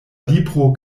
libro